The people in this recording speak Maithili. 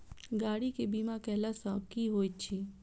गाड़ी केँ बीमा कैला सँ की होइत अछि?